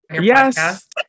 yes